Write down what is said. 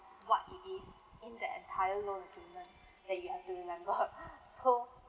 what it is in the entire loan agreement that you have to remember so